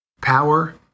power